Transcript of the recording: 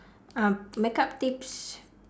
uh makeup tips